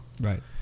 Right